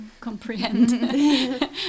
comprehend